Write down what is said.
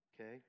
Okay